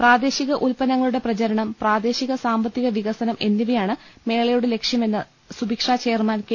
പ്രാദേശിക ഉല്പന്നങ്ങളുടെ പ്രചരണം പ്രാദേശിക സാമ്പത്തിക വികസനം എന്നിവയാണ് മേളയുടെ ലക്ഷ്യമെന്ന് സുഭിക്ഷ ചെയർമാൻ കെ